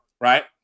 right